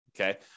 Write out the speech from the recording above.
Okay